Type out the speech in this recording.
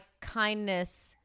kindness